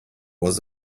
was